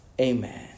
Amen